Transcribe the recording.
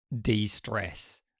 de-stress